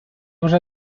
вже